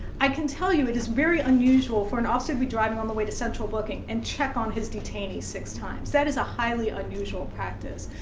i can tell you it is very unusual for an officer to be driving on the way to central booking and check on his detainee six times. that is a highly unusual practice.